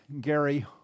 Gary